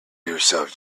yourself